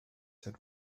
said